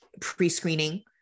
pre-screening